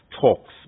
talks